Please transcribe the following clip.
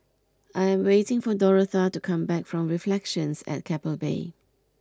I am waiting for Dorotha to come back from Reflections at Keppel Bay